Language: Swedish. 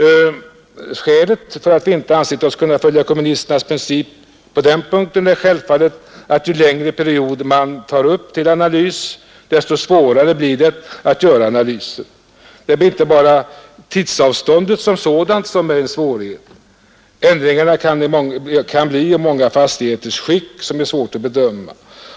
Orsaken till att vi inte har ansett oss kunna följa kommunisternas princip är självfallet att ju längre period man tar upp till analys, desto svårare blir det att göra analysen. Det är inte bara tidsavståndet som sådant som är en svårighet, utan också ändringarna när det gäller fastighetens skick kan bli många, och de är svåra att bedöma.